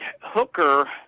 Hooker